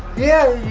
yeah,